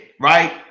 right